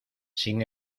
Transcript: sin